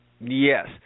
Yes